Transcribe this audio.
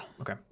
Okay